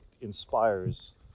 inspires